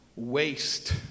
waste